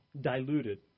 diluted